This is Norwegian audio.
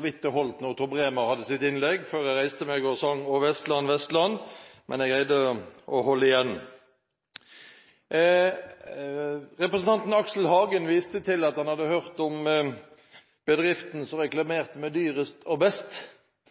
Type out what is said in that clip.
vidt det holdt, da Tor Bremer hadde sitt innlegg, før jeg reiste meg og sang «Å Vestland, Vestland», men jeg greide å holde igjen. Representanten Aksel Hagen viste til at han hadde hørt om bedriften som reklamerte med «dyrest og best».